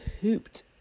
pooped